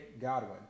Godwin